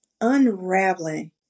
unraveling